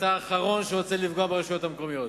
ואתה האחרון שרוצה לפגוע ברשויות המקומיות.